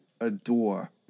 adore